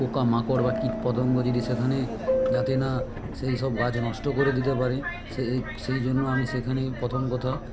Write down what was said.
পোকা মাকড় বা কীট পতঙ্গ যদি সেখানে যাতে না সেই সব গাছ নষ্ট করে দিতে পারে সে সেই জন্য আমি সেখানে প্রথম কথা